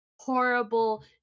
Horrible